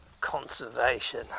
Conservation